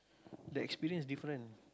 that experience different